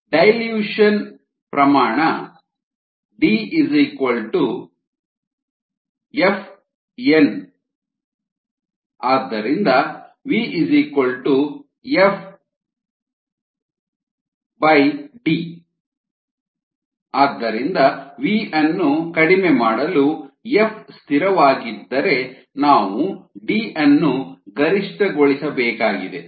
dilution ಪ್ರಮಾಣ D FV ಆದ್ದರಿಂದ V FD ಆದ್ದರಿಂದ ವಿ ಅನ್ನು ಕಡಿಮೆ ಮಾಡಲು ಎಫ್ ಸ್ಥಿರವಾಗಿದ್ದರೆ ನಾವು ಡಿ ಅನ್ನು ಗರಿಷ್ಠಗೊಳಿಸಬೇಕಾಗಿದೆ